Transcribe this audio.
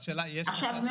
עכשיו,